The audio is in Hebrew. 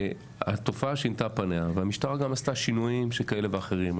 התופעה שינתה פניה והמשטרה גם עשתה שינויים כאלה ואחרים.